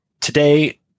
today